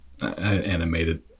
animated